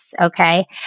okay